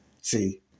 See